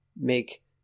make